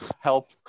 Help